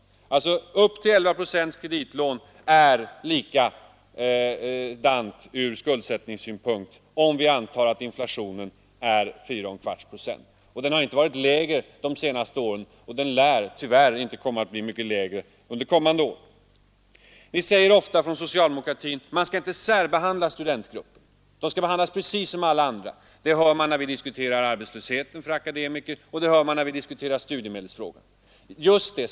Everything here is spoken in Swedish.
Ett kreditlån på upp till 11 procent verkar alltså ur skuldsättningssynpunkt likadant som ett studielån om vi antar att inflationen är 4 1/4 procent. Och den har inte varit lägre de senaste åren och lär tyvärr inte komma att bli mycket lägre kommande år. Från socialdemokratiskt håll sägs det ofta att man inte skall särbehandla studentgruppen. Studenterna skall behandlas precis som alla andra. Det hör man när vi diskuterar arbetslösheten för akademiker, och det hör man när vi diskuterar studiemedelsfrågor. Just det!